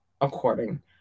according